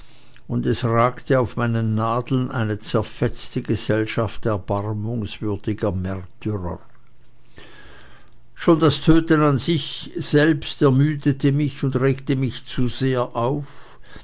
und es ragte auf meinen nadeln eine zerfetzte gesellschaft erbarmungswürdiger märtyrer schon das töten an sich selbst ermüdete mich und regte mich zu sehr auf